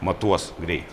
matuos greitį